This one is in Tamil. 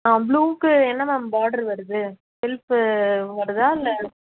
அவ்வளோவுக்கு என்ன மேம் பார்டர் வருது ஷெல்ப்பு வருதா இல்லை